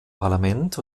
parlament